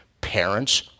Parents